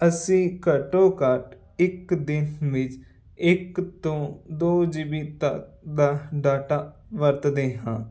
ਅਸੀਂ ਘੱਟੋ ਘੱਟ ਇੱਕ ਦਿਨ ਵਿੱਚ ਇਕ ਤੋਂ ਦੋ ਜੀਬੀ ਤੱਕ ਡਾਟਾ ਵਰਤਦੇ ਹਾਂ